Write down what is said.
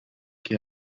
que